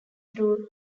through